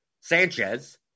Sanchez